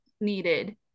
needed